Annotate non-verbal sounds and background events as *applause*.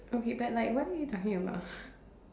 okay but like what are you talking about *breath*